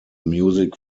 music